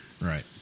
Right